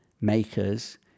makers